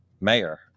mayor